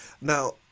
now